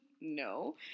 No